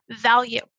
value